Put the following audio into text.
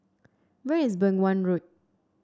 where is Beng Wan Road